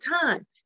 time